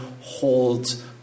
holds